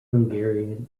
hungarian